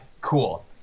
cool